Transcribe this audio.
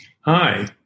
Hi